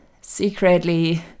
secretly